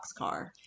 boxcar